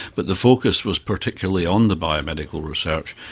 but the focus was particularly on the biomedical research.